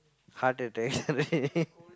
heart attack right